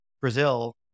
Brazil